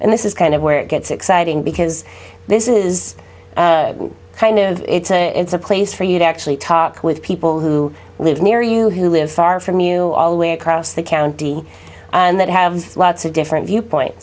and this is kind of where it gets exciting because this is kind of it's a place for you to actually talk with people who live near you who live far from you all the way across the county and that have lots of different viewpoint